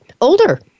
older